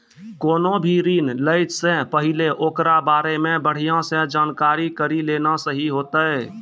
कोनो भी ऋण लै से पहिले ओकरा बारे मे बढ़िया से जानकारी लेना सही होतै